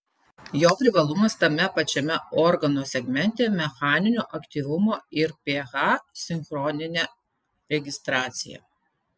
jo privalumas tame pačiame organo segmente mechaninio aktyvumo ir ph sinchroninė registracija